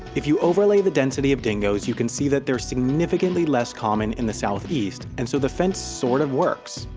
if you overlay the density of dingoes you can see that they're significantly less common in the south-east and so the fence sort-of sort of works.